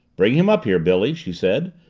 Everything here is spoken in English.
bring him up here, billy, she said,